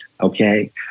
Okay